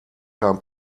kein